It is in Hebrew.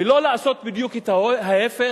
ולא לעשות בדיוק את ההיפך.